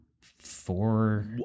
four